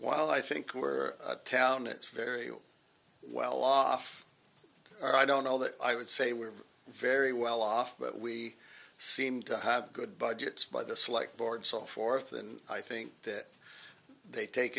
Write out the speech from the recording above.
while i think we're town is very well off i don't know that i would say we're very well off but we seem to have good budgets by this like board so forth and i think that they take